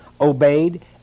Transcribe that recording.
obeyed